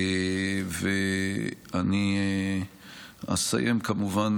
אני אסיים, כמובן,